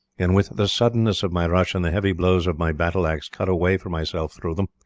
and with the suddenness of my rush and the heavy blows of my battle-axe cut a way for myself through them.